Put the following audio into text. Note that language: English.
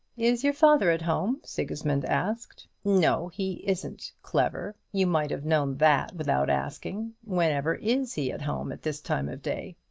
is your father at home? sigismund asked. no, he isn't, clever you might have known that without asking. whenever is he at home at this time of day?